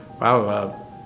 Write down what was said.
wow